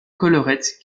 collerette